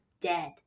dead